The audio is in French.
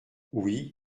oui